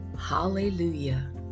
Hallelujah